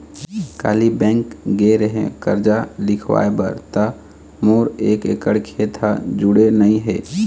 काली bank गे रेहेव करजा लिखवाय बर त मोर एक एकड़ खेत ह जुड़े नइ हे